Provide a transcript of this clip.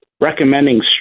recommending